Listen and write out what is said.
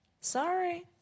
Sorry